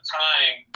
time